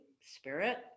spirit